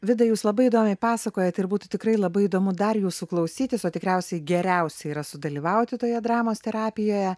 vida jūs labai įdomiai pasakojat ir būtų tikrai labai įdomu dar jūsų klausytis o tikriausiai geriausia yra sudalyvauti toje dramos terapijoje